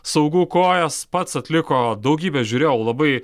saugų kojas pats atliko daugybę žiūrėjau labai